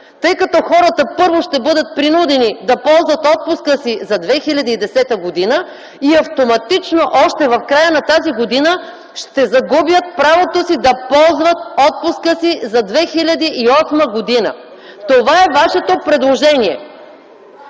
Тъй като хората първо ще бъдат принудени да ползват отпуска си за 2010 г. и автоматично още в края на тази година ще загубят правото си да ползват отпуска си за 2008 г. Това е Вашето предложение.